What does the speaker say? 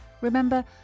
Remember